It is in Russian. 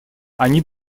они